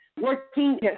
Working